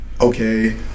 okay